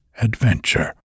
adventure